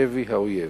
משבי האויב.